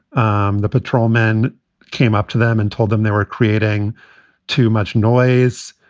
um the patrolmen came up to them and told them they were creating too much noise.